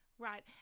Right